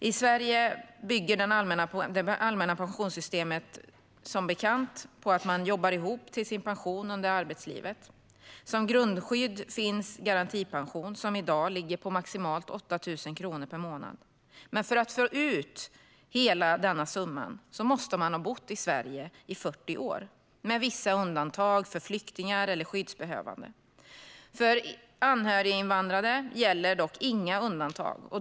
I Sverige bygger det allmänna pensionssystemet, som bekant, på att man jobbar ihop till sin pension under arbetslivet. Som grundskydd finns garantipensionen, som i dag ligger på maximalt 8 000 kronor per månad. Men för att få ut hela denna summa måste man ha bott i Sverige i 40 år, med vissa undantag för flyktingar eller skyddsbehövande. För anhöriginvandrare gäller dock inga undantag.